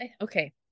Okay